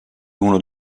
uno